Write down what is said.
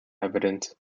evident